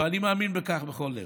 ואני מאמין בכך בכל לב.